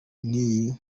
n’iyi